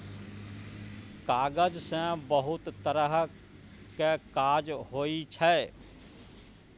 कागज सँ बहुत तरहक काज होइ छै